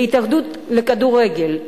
להתאחדות לכדורגל,